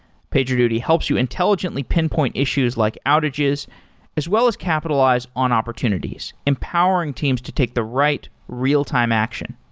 pagerduty helps you intelligently pinpoint issues like outages as well as capitalize on opportunities empowering teams to take the right real-time action.